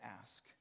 ask